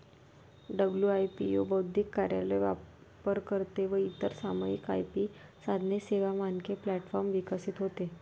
WIPO बौद्धिक कार्यालय, वापरकर्ते व इतर सामायिक आय.पी साधने, सेवा, मानके प्लॅटफॉर्म विकसित होते